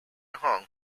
hong